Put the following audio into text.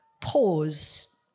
pause